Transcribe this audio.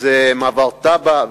שזה מעבר טאבה,